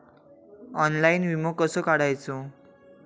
Online विमो कसो काढायचो?